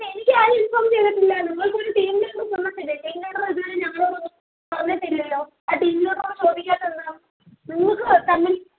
എനിക്കാരും inform ചെയ്തിട്ടില്ല നിങ്ങൾക്കൊരു team leader തന്നിട്ടില്ലേ ടീമ് ലീഡറ് ഇതുവരെ ഞങ്ങളോടൊന്നും പറഞ്ഞിട്ടില്ലല്ലോ ആ ടീം ലീഡറോട് ചോദിക്കാത്തതെന്താണ് നിങ്ങൾക്ക് തന്ന്